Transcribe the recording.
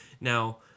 Now